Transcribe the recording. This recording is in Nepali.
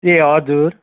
ए हजुर